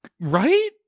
right